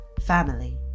family